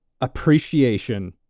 appreciation